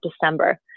December